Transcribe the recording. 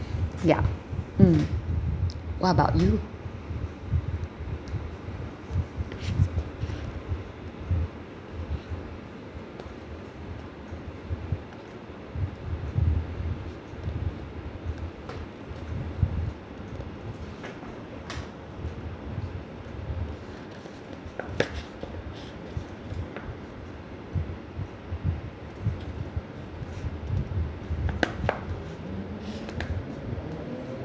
ya mm what about you